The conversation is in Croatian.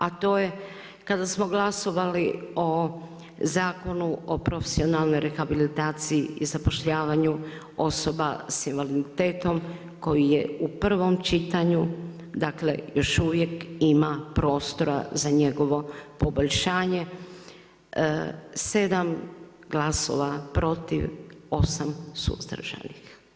A to je kada smo glasovali o Zakonu o profesionalnoj rehabilitaciji i zapošljavanju osoba s invaliditetom, koju je u prvom čitanju, dakle još uvijek ima prostora za njegovo poboljšanje, 7 glasova protiv, 8 suzdržanih.